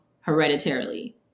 hereditarily